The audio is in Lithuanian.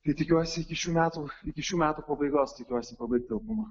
tai tikiuosi iki šių metų iki šių metų pabaigos tikiuosi pabaigti albumą